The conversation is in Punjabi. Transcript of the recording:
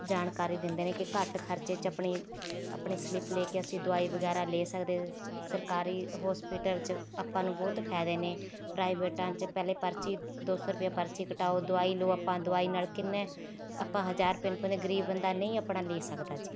ਜਾਣਕਾਰੀ ਦਿੰਦੇ ਨੇ ਕਿ ਘੱਟ ਖਰਚੇ 'ਚ ਆਪਣੀ ਆਪਣੀ ਸਲਿੱਪ ਲੈ ਕੇ ਅਸੀਂ ਦਵਾਈ ਵਗੈਰਾ ਲੈ ਸਕਦੇ ਸਰਕਾਰੀ ਹੋਸਪਿਟਲ 'ਚ ਆਪਾਂ ਨੂੰ ਬਹੁਤ ਫਾਇਦੇ ਨੇ ਪ੍ਰਾਈਵੇਟਾਂ 'ਚ ਪਹਿਲੇ ਪਰਚੀ ਦੋ ਸੌ ਰੁਪਇਆ ਪਰਚੀ ਕਟਵਾਓ ਦਵਾਈ ਲਉ ਆਪਾਂ ਦਵਾਈ ਨਾਲ ਕਿੰਨ੍ਹੇ ਆਪਾਂ ਹਜ਼ਾਰ ਰੁਪਏ ਆਪਣੇ ਗਰੀਬ ਬੰਦਾ ਨਹੀਂ ਆਪਣਾ ਲੈ ਸਕਦਾ ਜੀ